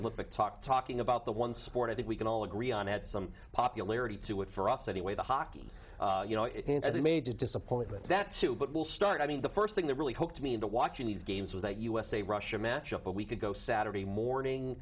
olympic talk talking about the one sport i think we can all agree on had some popularity to it for us anyway the hockey you know it and as a major disappointment that sue but we'll start i mean the first thing that really hooked me into watching these games was that usa russia match up a week ago saturday morning